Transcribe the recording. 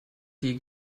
die